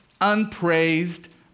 unpraised